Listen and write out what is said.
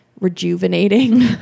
rejuvenating